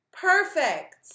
Perfect